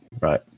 right